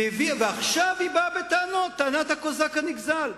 ועכשיו היא באה בטענות, טענת הקוזק הנגזל.